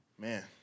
Man